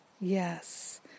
yes